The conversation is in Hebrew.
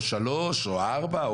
15:00 או 16:00,